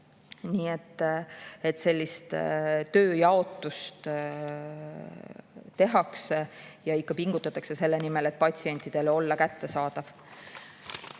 Nii et sellist tööjaotust tehakse ja ikka pingutatakse selle nimel, et olla patsientidele kättesaadav.